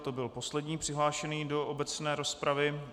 To byl poslední přihlášený do obecné rozpravy.